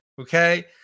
okay